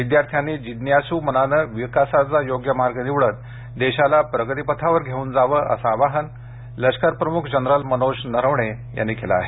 विद्यार्थ्यांनी जिज्ञासू मनानं विकासाचा योग्य मार्ग निवडत देशाला प्रगतीपथावर घेऊन जावं असं आवाहन लष्कर प्रमुख जनरल मनोज नरवणे यांनी केलं आहे